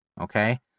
Okay